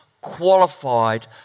qualified